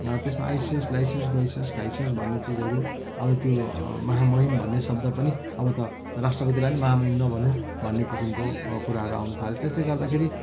त्यसमा आइसियोस् गैसियोस् खाइसियोस् भन्ने चिजहरू अब त्यो महामहिम भन्ने शब्द पनि अब त राष्ट्रपतिलाई नि महामहिम नभन्नु भन्ने किसिमको अब कुराहरू आउन थाल्यो त्यसले गर्दाखेरि